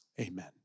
Amen